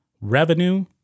revenue